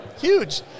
Huge